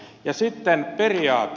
ja sitten periaate